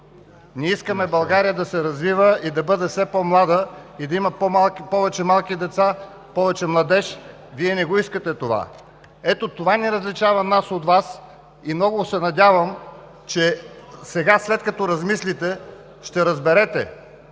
Ние искаме България да се развива, да бъде все по-млада и да има повече малки деца, повече младеж. Вие не го искате. Ето това различава нас от Вас. Много се надявам сега, след като размислите, да разберете,